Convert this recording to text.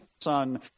son